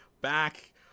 back